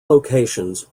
locations